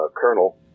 Colonel